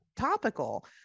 Topical